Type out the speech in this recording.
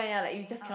saying out